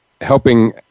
helping